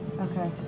Okay